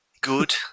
good